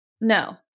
No